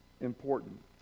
important